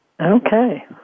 Okay